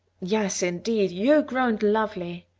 yes, indeed, you groaned lovely,